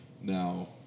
Now